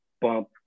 bump